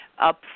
up